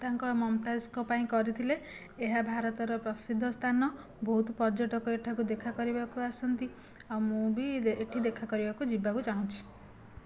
ତାଙ୍କ ମମତାଜଙ୍କ ପାଇଁ କରିଥିଲେ ଏହା ଭାରତର ପ୍ରସିଦ୍ଧ ସ୍ଥାନ ବହୁତ ପର୍ଯ୍ୟଟକ ଏଠାକୁ ଦେଖା କରିବାକୁ ଆସନ୍ତି ଆଉ ମୁଁ ବି ଏଠି ଦେଖା କରିବାକୁ ଯିବାକୁ ଚାହୁଁଛି